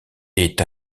est